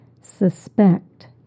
Suspect